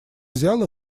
взял